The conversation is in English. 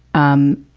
on